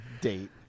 date